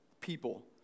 people